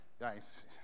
Nice